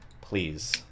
please